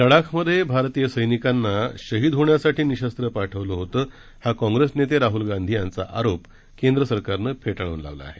लडाखमध्ये भारतीय सैनिकांना शहीद होण्यासाठी निःशस्त्र पाठवलं होतं हा काँग्रेस नेते राहूल गांधी यांचा आरोप केंद्र सरकारनं फेटाळून लावला आहे